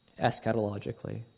eschatologically